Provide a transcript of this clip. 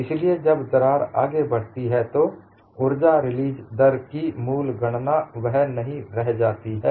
इसलिए जब दरार आगे बढ़ती है तो ऊर्जा रिलीज दर की मूल गणना वह नहीं रह जाती है